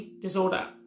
disorder